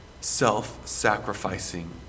self-sacrificing